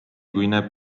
kui